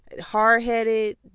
hard-headed